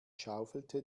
schaufelte